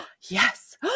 yes